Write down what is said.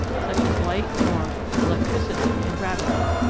such as light, warmth, elec tricity and gravity.